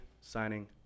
signing